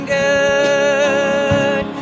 good